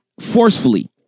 forcefully